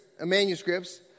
manuscripts